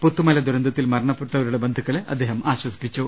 പുത്തുമല ദുരന്ത ത്തിൽ മരണപ്പെട്ടവരുടെ ബന്ധുക്കളെ അദ്ദേഹം ആശ്വസിപ്പിച്ചു